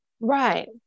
right